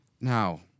Now